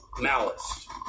malice